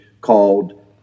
called